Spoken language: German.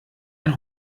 ein